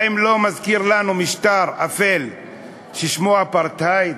האם זה לא מזכיר לנו משטר אפל ששמו אפרטהייד?